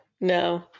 No